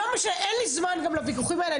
לא משנה, אין לי זמן גם לוויכוחים האלה.